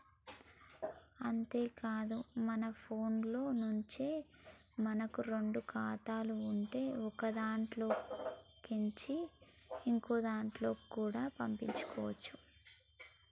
అంతేకాదు మన ఫోన్లో నుంచే మనకు రెండు ఖాతాలు ఉంటే ఒకదాంట్లో కేంచి ఇంకోదాంట్లకి కూడా పంపుకోవచ్చు